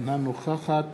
אינה נוכחת